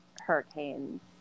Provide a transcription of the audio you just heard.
hurricanes